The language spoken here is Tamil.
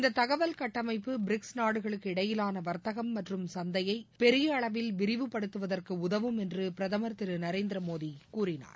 இந்த தகவல் கட்டமைப்பு பிரிக்ஸ் நாடுகளுக்கு இடையிவான வா்த்தகம் மற்றும் சந்தையை பெரிய அளவில் விரிவுப்படுத்துவதற்கு உதவும் என்று பிரதமர் திரு நரேந்திர மோடி கூறினார்